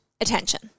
attention